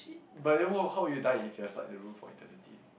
but them work how you die if you start the room for eternity